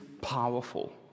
powerful